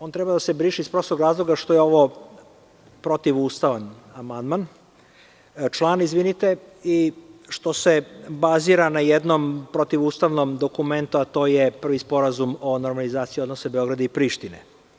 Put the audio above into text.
On treba da se briše iz prostog razloga što je ovo protivustavan član i što se bazira na jednom protivustavnom dokumentu, a to je Prvi sporazum o normalizaciji odnosa Beograda i Prištine.